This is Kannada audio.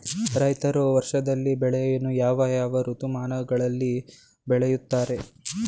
ರೈತರು ವರ್ಷದಲ್ಲಿ ಬೆಳೆಯನ್ನು ಯಾವ ಯಾವ ಋತುಮಾನಗಳಲ್ಲಿ ಬೆಳೆಯುತ್ತಾರೆ?